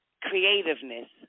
creativeness